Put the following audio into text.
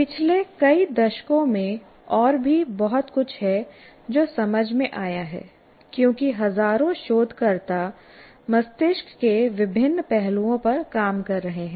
पिछले कई दशकों में और भी बहुत कुछ है जो समझ में आया है क्योंकि हजारों शोधकर्ता मस्तिष्क के विभिन्न पहलुओं पर काम कर रहे हैं